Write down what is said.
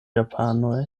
japanoj